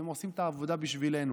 הם עושים את העבודה בשבילנו.